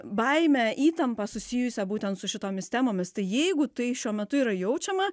baimę įtampą susijusią būtent su šitomis temomis tai jeigu tai šiuo metu yra jaučiama